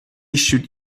should